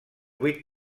vuit